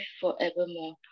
forevermore